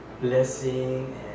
blessing